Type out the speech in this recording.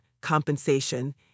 compensation